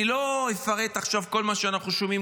אני לא אפרט עכשיו כל מה שאנחנו שומעים